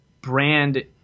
brand